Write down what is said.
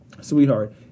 Sweetheart